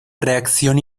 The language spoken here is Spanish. reacción